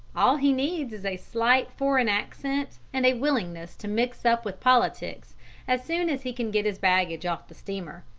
all he needs is a slight foreign accent and a willingness to mix up with politics as soon as he can get his baggage off the steamer.